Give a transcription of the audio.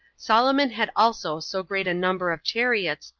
solomon had also so great a number of chariots,